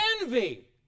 envy